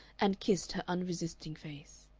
and kissed her unresisting face.